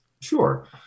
Sure